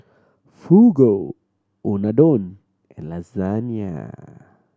Fugu Unadon and Lasagne